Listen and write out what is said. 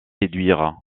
séduire